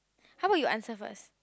how about you answer first